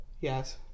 Yes